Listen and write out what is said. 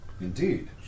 Indeed